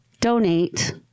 donate